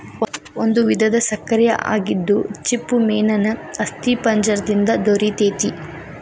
ಒಂದು ವಿಧದ ಸಕ್ಕರೆ ಆಗಿದ್ದು ಚಿಪ್ಪುಮೇನೇನ ಅಸ್ಥಿಪಂಜರ ದಿಂದ ದೊರಿತೆತಿ